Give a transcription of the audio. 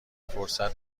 فرصت